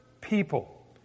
people